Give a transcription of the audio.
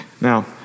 Now